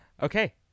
Okay